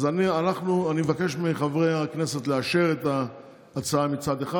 אני מבקש מחברי הכנסת לאשר את ההצעה מצד אחד